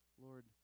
Lord